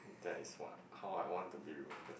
there is what how I want to be remembered